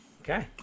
Okay